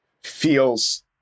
feels